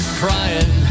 crying